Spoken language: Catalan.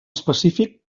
específic